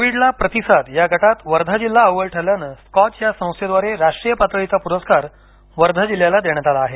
कोविडला प्रतिसाद या गटात वर्धा जिल्हा अव्वल ठरल्याने स्कॉच या संस्थेद्वारे राष्ट्रीय पातळीचा पुरस्कार वर्धा जिल्ह्याला देण्यात आला आहे